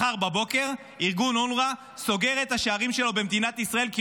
מחר בבוקר ארגון אונר"א סוגר את השערים שלו במדינת ישראל כי